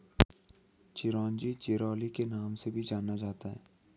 चिरोंजी चिरोली के नाम से भी जाना जाता है